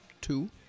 Two